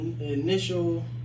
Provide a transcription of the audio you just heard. initial